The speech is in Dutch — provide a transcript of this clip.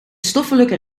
stoffelijke